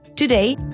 Today